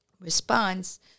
response